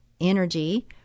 energy